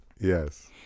yes